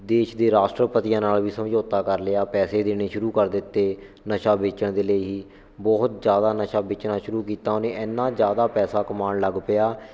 ਦੇਸ਼ ਦੀ ਰਾਸ਼ਟਰਪਤੀਆਂ ਨਾਲ ਵੀ ਸਮਝੌਤਾ ਕਰ ਲਿਆ ਪੈਸੇ ਦੇਣੇ ਸ਼ੁਰੂ ਕਰ ਦਿੱਤੇ ਨਸ਼ਾ ਵੇਚਣ ਦੇ ਲਈ ਬਹੁਤ ਜ਼ਿਆਦਾ ਨਸ਼ਾ ਵੇਚਣਾ ਸ਼ੁਰੂ ਕੀਤਾ ਉਹਨੇ ਇੰਨਾ ਜ਼ਿਆਦਾ ਪੈਸਾ ਕਮਾਉਣ ਲੱਗ ਪਿਆ